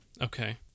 Okay